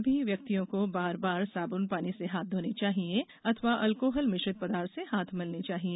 सभी व्यक्तियों को बार बार साबुन पानी से हाथ धोने चाहिए अथवा अल्कोहल मिश्रित पदार्थ से हाथ मलने चाहिए